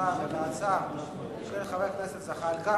הצבעה על ההצעה של חבר הכנסת זחאלקה,